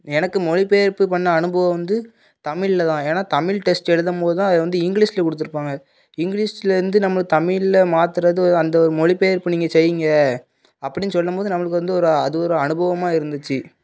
எனக்கு மொழிபெயர்ப்பு பண்ண அனுபவம் வந்து தமிழில் தான் ஏன்னா தமிழ் டெஸ்ட் எழுதும்போது தான் அது வந்து இங்கிலீஷில் கொடுத்துருப்பாங்க இங்கிலீஷ்லேருந்து நம்ம தமிழில் மாற்றறது அந்த மொழிபெயர்ப்பு நீங்கள் செய்ங்க அப்படின்னு சொல்லும்போது நம்மளுக்கு வந்து ஒரு அது ஒரு அனுபவமாக இருந்துச்சு